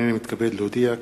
הנני מתכבד להודיע,